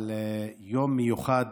אבל יום מיוחד